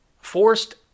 forced